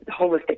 holistic